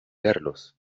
carlos